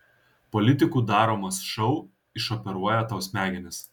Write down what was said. politikų daromas šou išoperuoja tau smegenis